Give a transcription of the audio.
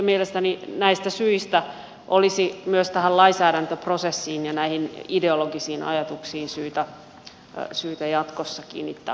mielestäni näistä syistä olisi myös tähän lainsäädäntöprosessiin ja näihin ideologisiin ajatuksiin syytä jatkossa kiinnittää huomiota tarkemmin